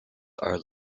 are